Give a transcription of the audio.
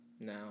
now